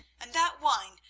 and that wine,